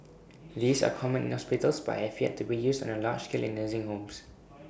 these are common in hospitals but have yet to be used on A large scale in nursing homes